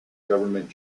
government